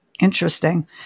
Interesting